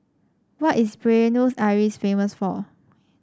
what is Buenos Aires famous for